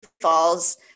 falls